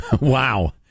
Wow